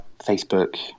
Facebook